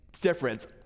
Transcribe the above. difference